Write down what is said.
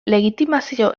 legitimazio